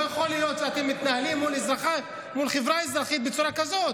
לא יכול להיות שאתם מתנהלים מול חברה אזרחית בצורה כזאת.